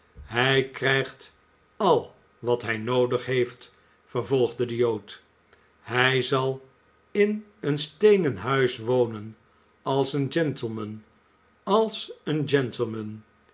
hij krijgt al wat hij noodig heeft vervolgde de jood hij zal in een steenen huis wonen als een gentleman als een gentleman